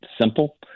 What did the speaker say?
simple